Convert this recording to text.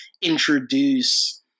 introduce